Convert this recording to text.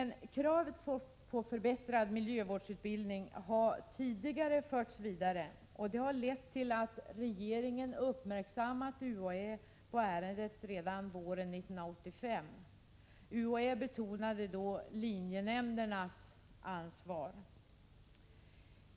Kravet på förbättrad miljövårdsutbildning har tidigare förts vidare, och det har lett till att regeringen uppmärksammade UHÄ på ärendet redan våren 1985. UHÄ betonade då linjenämndernas ansvar.